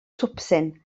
twpsyn